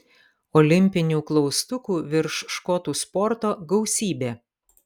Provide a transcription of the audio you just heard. olimpinių klaustukų virš škotų sporto gausybė